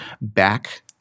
back